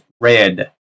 red